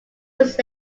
was